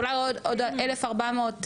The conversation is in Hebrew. אולי עוד 1,400,